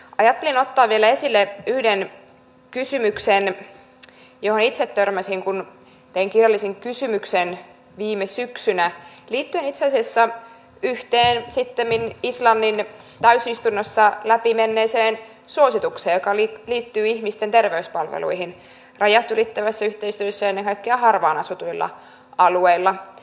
ajattelin ottaa vielä esille yhden kysymyksen johon itse törmäsin kun tein kirjallisen kysymyksen viime syksynä liittyen itse asiassa yhteen sittemmin islannin täysistunnossa läpimenneeseen suositukseen joka liittyy ihmisten terveyspalveluihin rajat ylittävässä yhteistyössä ennen kaikkea harvaan asutuilla alueilla